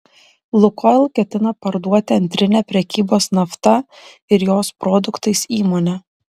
lukoil ketina parduoti antrinę prekybos nafta ir jos produktais įmonę